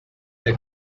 the